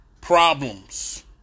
problems